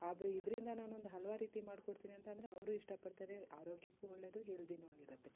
ಆದರೆ ಇದರಿಂದ ನಾನೊಂದು ಹಲ್ವಾ ರೀತಿ ಮಾಡ್ಕೊಡ್ತೀನಿ ಅಂತಂದರೆ ಅವರೂ ಇಷ್ಟಪಡ್ತಾರೆ ಆರೋಗ್ಯಕ್ಕೂ ಒಳ್ಳೆಯದು ಹೆಲ್ದಿನೂ ಆಗಿರುತ್ತೆ